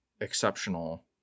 exceptional